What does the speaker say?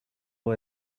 who